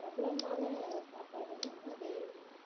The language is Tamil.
பிரபலமான சாப்பாடுன்னால் அது